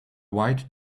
white